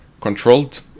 controlled